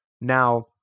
Now